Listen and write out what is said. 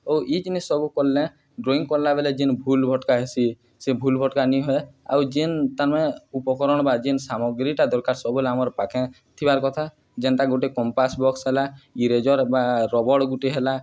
ଓ ଇ ଜିନିଷ୍ ସବୁ କଲେ ଡ୍ରଇଂ କଲାବେଲେ ଯେନ୍ ଭୁଲ୍ ଭଟ୍କା ହେସି ସେ ଭୁଲ୍ ଭଟ୍କା ନି ହୁଏ ଆଉ ଯେନ୍ ତାର୍ମାନେ ଉପକରଣ ବା ଯେନ୍ ସାମଗ୍ରୀଟା ଦର୍କାର୍ ସବୁବେଲେ ଆମର୍ ପାଖେ ଥିବାର୍ କଥା ଯେନ୍ତା ଗୁଟେ କମ୍ପାସ୍ ବକ୍ସ୍ ହେଲା ଇରେଜର୍ ବା ରବଡ଼୍ ଗୁଟେ ହେଲା